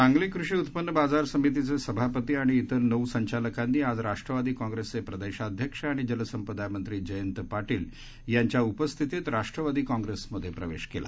सांगली कृषी उत्पन्न बाजार समितीचे सभापती आणि इतर नऊ संचालकांनी आज राष्ट्रवादी काँग्रेसचे प्रदेशाध्यक्ष आणि जलसंपदामंत्री जयंत पाटील यांच्या उपस्थितीत राष्ट्रवादी काँग्रेसमध्ये प्रवेश केला